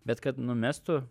bet kad numestų